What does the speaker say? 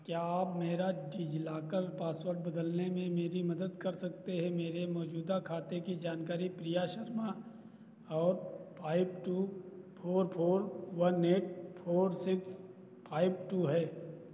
क्या आप मेरा डिज़िलॉकर पासवर्ड बदलने में मेरी मदद कर सकते हैं मेरे मौजूदा खाते की जानकारी प्रिया शर्मा और five two four four one eight four six five two है